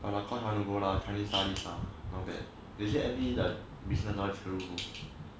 for the course I want to go lah chinese studies sia not that they N_P the business all that is good